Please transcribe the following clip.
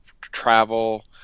travel